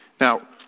Now